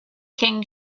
king